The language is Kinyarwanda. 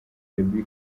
gaby